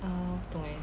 err 不懂 eh